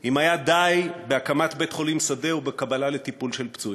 אם היה די בהקמת בית-חולים שדה ובקבלה לטיפול של פצועים.